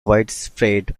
widespread